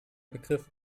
begriff